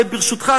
וברשותך,